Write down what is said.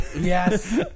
Yes